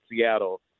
Seattle